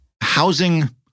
Housing